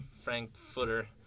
Frank-footer